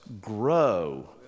grow